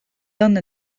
done